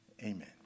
Amen